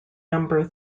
number